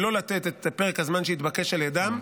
ולא לתת את פרק הזמן שהתבקש על ידיהם.